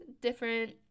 different